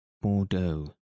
Bordeaux